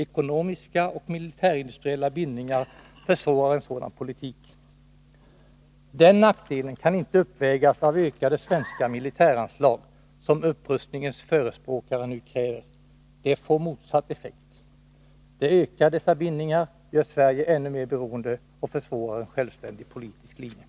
Ekonomiska och militärindustriella bindningar försvårar en sådan politik. Den nackdelen kan inte uppvägas av ökade svenska militäranslag, som upprustningens förespråkare nu kräver. Det får motsatt effekt. Det ökar dessa bindningar, gör Sverige än mer beroende och försvårar en självständig politisk linje.